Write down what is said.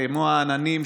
כמו העננים,